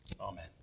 Amen